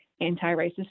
anti-racist